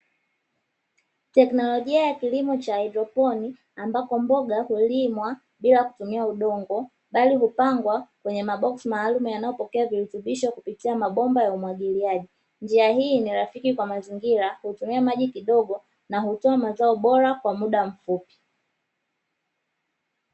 Teknolojia ya kilimo cha haidroponi, ambapo mboga hulimwa bila kutumia udongo, bali hupangwa kwenye maboksi maalumu yanayopokea virutubisho kupitia mabomba ya umwagiliaji. Njia hii ni rafiki kwa mazingira, hutumia maji kidogo na hutoa mazoa bora kwa muda mfupi.